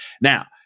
Now